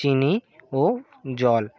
চিনি ও জল